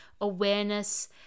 awareness